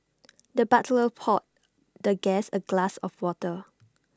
the butler poured the guest A glass of water